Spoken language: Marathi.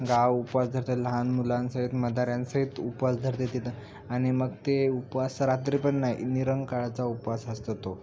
गाव उपवास धरतात लहान मुलांसहीत म्हाताऱ्यांसहित उपवास धरतात तिथं आणि मग ते उपवास रात्री पण नाही निरंकाळाचा उपवास असतो तो